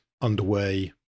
underway